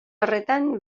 horretan